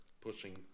pushing